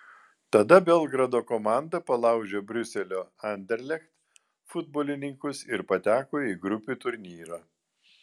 tada belgrado komanda palaužė briuselio anderlecht futbolininkus ir pateko į grupių turnyrą